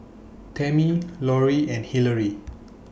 Tamie Laurie and Hilary